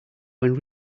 when